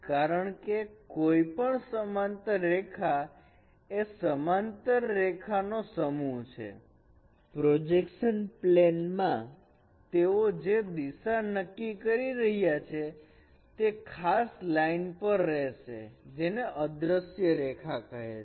કારણ કે કોઈપણ સમાંતર રેખા એ સમાંતર રેખાઓ નો સમૂહ છે પ્રોજેક્શન પ્લેન માં તેઓ જે દિશા નક્કી કરી રહ્યા છે તે આ ખાસ લાઇન પર રહેશે જેને અદ્રશ્ય રેખા કહે છે